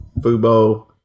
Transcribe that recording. Fubo